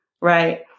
Right